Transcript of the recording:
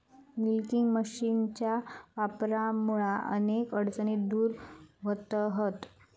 milking मशीनच्या वापरामुळा अनेक अडचणी दूर व्हतहत